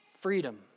Freedom